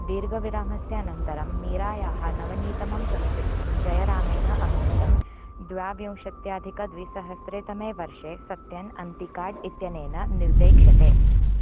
दीर्घविरामस्य अनन्तरं मीरायाः नवनीतमं चलच्चित्रं जयरामेण अभिनितं द्व्याविंशत्याधिकद्विसहस्रे तमे वर्षे सत्यन् अन्तिकार्ड् इत्यनेन निर्देक्ष्यते